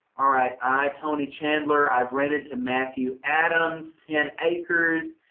all right, i, tony chandler, i've rented to matthew adams, ten acres.